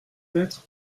être